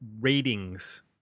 ratings